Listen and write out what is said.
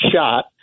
shot